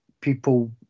people